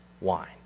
wine